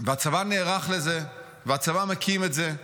והצבא נערך לזה, והצבא מקים את זה,